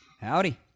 Howdy